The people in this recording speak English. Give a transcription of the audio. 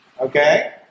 okay